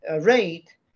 rate